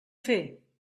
fer